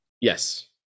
Yes